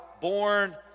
born